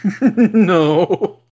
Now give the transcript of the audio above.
No